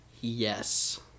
yes